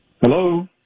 Hello